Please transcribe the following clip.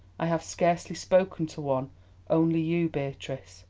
i have scarcely spoken to one only you, beatrice.